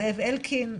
זאב אלקין,